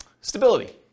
Stability